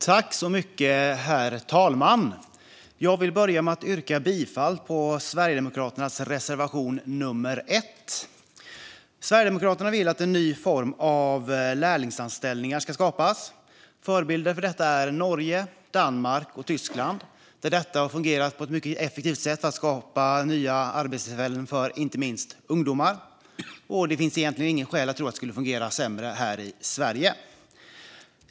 Herr talman! Jag vill börja med att yrka bifall till Sverigedemokraternas reservation nummer 1. Sverigedemokraterna vill att en ny form av lärlingsanställningar ska skapas. Förebilden är Norge, Danmark och Tyskland, där detta har fungerat som ett mycket effektivt sätt att skapa nya arbetstillfällen för inte minst ungdomar. Det finns egentligen inget skäl att tro att det skulle fungera sämre här i Sverige.